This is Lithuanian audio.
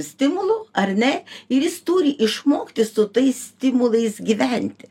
stimulų ar ne ir jis turi išmokti su tais stimulais gyventi